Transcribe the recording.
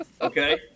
Okay